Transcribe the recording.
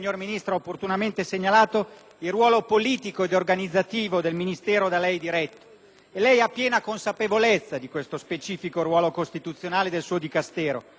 Lei ha piena consapevolezza di questo specifico ruolo costituzionale del suo Dicastero e della peculiare complessità dell'amministrazione giudiziaria, riguardata come servizio pubblico.